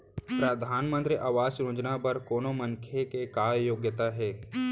परधानमंतरी आवास योजना बर कोनो मनखे के का योग्यता हे?